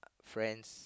friends